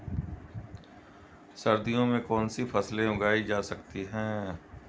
सर्दियों में कौनसी फसलें उगाई जा सकती हैं?